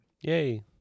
Yay